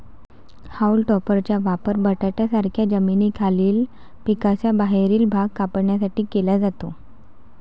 haulm टॉपरचा वापर बटाट्यांसारख्या जमिनीखालील पिकांचा बाहेरील भाग कापण्यासाठी केला जातो